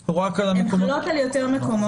או רק על המקומות --- הן חלות על יותר מקומות.